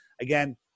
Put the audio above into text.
again